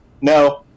No